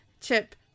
Chip